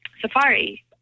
Safari